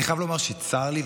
אני חייב לומר שצר לי,